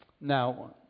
Now